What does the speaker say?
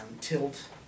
Tilt